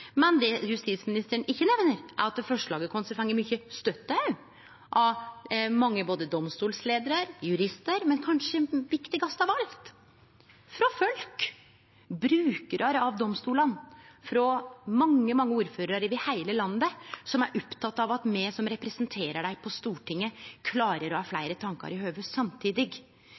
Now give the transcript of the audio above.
Men det justisministeren ikkje nemner, er at forslaget vårt har fått mykje støtte òg av mange domstolleiarar og juristar – men kanskje viktigast av alt: frå folk, frå brukarar av domstolane, frå mange, mange ordførarar over heile landet som er opptekne av at me som representerer dei på Stortinget, klarer å ha fleire tankar i hovudet samtidig.